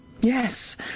Yes